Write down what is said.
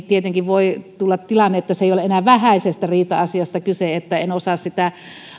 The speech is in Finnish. tietenkin voi tulla tilanne että siinä ei ole enää vähäisestä riita asiasta kyse en osaa sitä